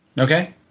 Okay